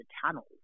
tunnels